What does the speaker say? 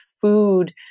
food